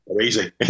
Easy